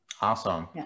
Awesome